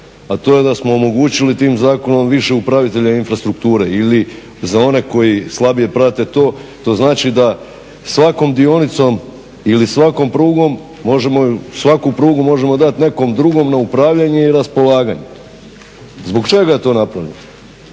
a to je da smo omogućili tim zakonom više upravitelja infrastrukture ili za one koji slabije prate to to znači da svakom dionicom ili svakom prugom možemo svaku prugu dati nekom drugom na upravljanje i raspolaganje. Zbog čega je to napunito,